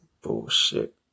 bullshit